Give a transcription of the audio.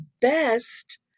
best